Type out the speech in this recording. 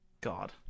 God